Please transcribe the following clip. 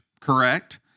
Correct